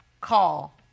call